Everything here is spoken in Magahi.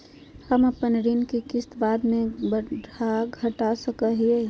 हम अपन ऋण के किस्त बाद में बढ़ा घटा सकई हियइ?